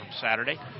Saturday